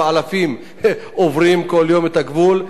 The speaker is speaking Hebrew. אלפים עוברים כל יום את הגבול.